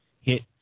hit